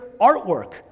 artwork